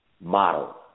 model